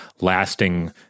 lasting